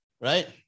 right